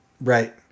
right